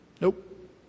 nope